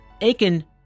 Aiken